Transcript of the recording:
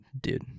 dude